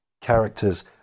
Characters